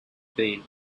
been